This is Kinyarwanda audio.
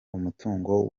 umutungo